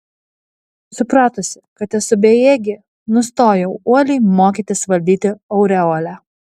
supratusi kad esu bejėgė nustojau uoliai mokytis valdyti aureolę